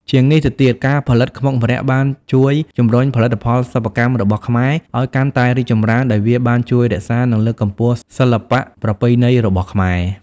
ជាងនេះទៅទៀត ការផលិតខ្មុកម្រ័ក្សណ៍បានជួយ ជំរុញផលិតផលសិប្បកម្មរបស់ខ្មែរ ឲ្យកាន់តែរីកចម្រើន ដោយវាបានជួយរក្សា និងលើកកម្ពស់សិល្បៈប្រពៃណីរបស់ខ្មែរ ។